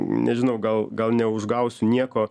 nežinau gal gal neužgausiu nieko